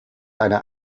einer